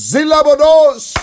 Zilabodos